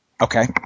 Okay